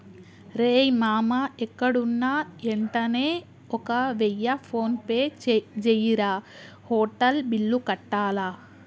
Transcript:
రేయ్ మామా ఎక్కడున్నా యెంటనే ఒక వెయ్య ఫోన్పే జెయ్యిరా, హోటల్ బిల్లు కట్టాల